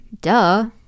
duh